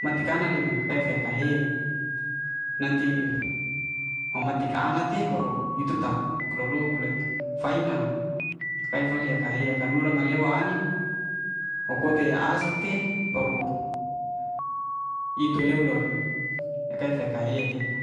mati kana le kai'fe ka- he nanti ama'ti anak te baru itu tak lo- lok le, fai'na kaifale ka'he ka nur male'wa ai'nin ho kote ais'ite baru itu leloy' yaka ya fayake yaka